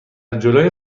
جلوی